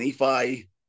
Nephi